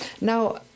Now